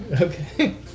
Okay